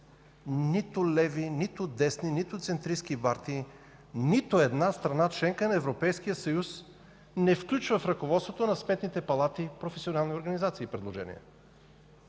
нито леви, нито десни, нито центристки партии, нито една страна – членка на Европейския съюз, не включва в ръководството на сметните палати професионални организации и предложения.